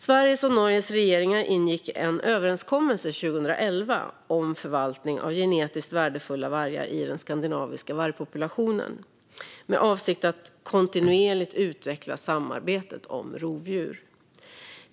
Sveriges och Norges regeringar ingick en överenskommelse 2011 om förvaltning av genetiskt värdefulla vargar i den skandinaviska vargpopulationen, med avsikt att kontinuerligt utveckla samarbetet om rovdjur.